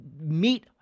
meet